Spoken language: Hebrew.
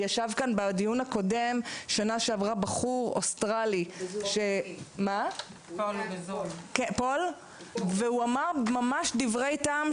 בדיון בשנה שעברה ישב כאן בחור אוסטרלי בשם פול והוא אמר דברי טעם,